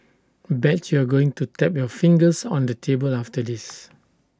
bet you're going to tap your fingers on the table after this